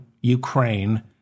Ukraine